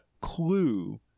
clue